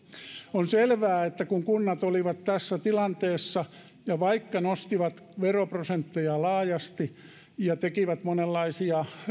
on selvää että kun kunnat olivat tässä tilanteessa niin vaikka ne nostivat veroprosentteja laajasti ja tekivät monenlaisia